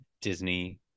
Disney